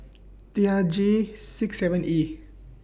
T R G six seven E